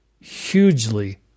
hugely